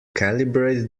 calibrate